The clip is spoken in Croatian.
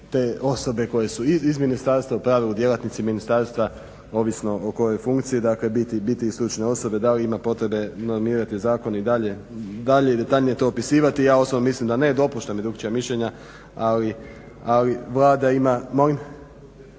te osobe koje su iz ministarstva u pravilu djelatnici ministarstva ovisno o kojoj funkciji dakle biti stručne osobe, da li ima potrebe normirati zakon i dalje i detaljnije to dopisivati, ja osobno mislim da ne. Dopušteno je drukčije mišljenje ali Vlada ima,